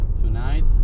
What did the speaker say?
Tonight